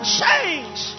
change